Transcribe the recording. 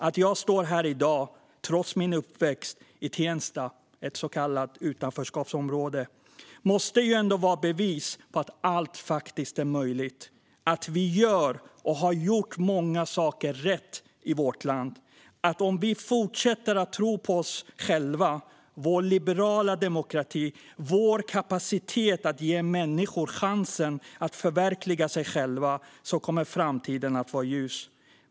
Att jag står här i dag trots min uppväxt i Tensta, ett så kallat utanförskapsområde, måste ju ändå vara bevis på att allt faktiskt är möjligt och att vi gör och har gjort många saker rätt här i vårt land. Om vi fortsätter att tro på oss själva, vår liberala demokrati och vår kapacitet att ge människor chansen att förverkliga sig själva kommer framtiden att vara ljus.